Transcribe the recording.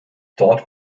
dort